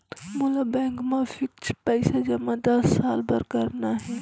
मोला बैंक मा फिक्स्ड पइसा जमा दस साल बार करना हे?